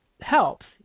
helps